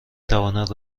تواند